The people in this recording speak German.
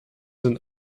sind